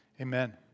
amen